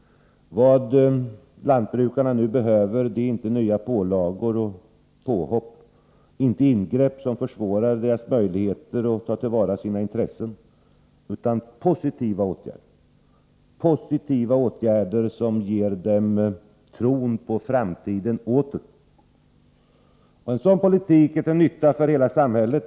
Vad lantbrukarna nu behöver är inte nya pålagor och påhopp, inte ingrepp som försvårar deras möjligheter att ta till vara sina intressen, utan positiva åtgärder som återger dem tron på framtiden. En sådan politik är till nytta för hela samhället.